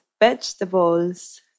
vegetables